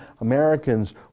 Americans